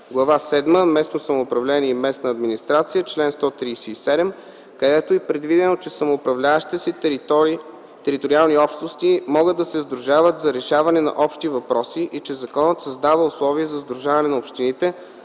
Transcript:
Глава седма “Местно самоуправление и местна администрация”, чл. 137, където е предвидено, че самоуправляващите се териториални общности могат да се сдружават за решаване на общи въпроси и че законът създава условия за сдружаване на общините,